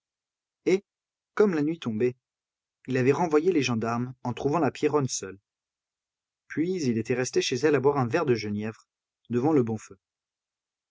et comme la nuit tombait il avait renvoyé les gendarmes en trouvant la pierronne seule puis il était resté chez elle à boire un verre de genièvre devant le bon feu